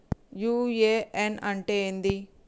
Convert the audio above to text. UAN అంటే ఏంది?